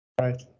Right